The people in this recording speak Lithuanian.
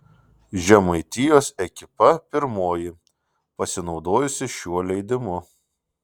žemaitijos ekipa pirmoji pasinaudojusi šiuo leidimu